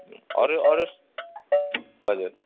अरू अरू हजुर